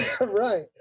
Right